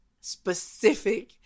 specific